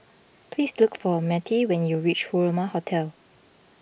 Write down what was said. please look for Mattye when you reach Furama Hotel